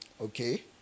Okay